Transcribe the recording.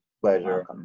pleasure